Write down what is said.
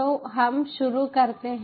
तो हम शुरू करते हैं